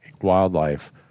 wildlife